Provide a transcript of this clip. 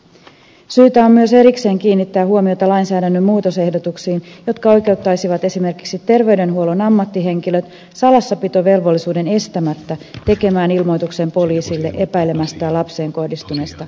syytä on myös erikseen kiinnittää huomiota lainsäädännön muutosehdotuksiin jotka oikeuttaisivat esimerkiksi terveydenhuollon ammattihenkilöt salassapitovelvollisuuden estämättä tekemään poliisille ilmoituksen epäilemästään lapseen kohdistuneesta seksuaalirikoksesta